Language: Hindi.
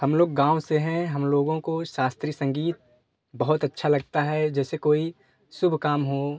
हम लोग गाँव से हैं हम लोगों को शास्त्रीय संगीत बहुत अच्छा लगता है जैसे कोई शुभ काम हो